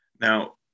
Now